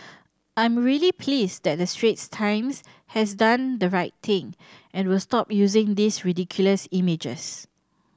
I'm really pleased that the Straits Times has done the right thing and will stop using these ridiculous images